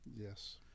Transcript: Yes